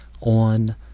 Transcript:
on